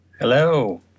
Hello